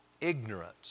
ignorance